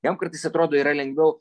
jam kartais atrodo yra lengviau